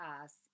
pass